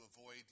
avoid